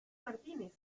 martínez